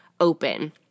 open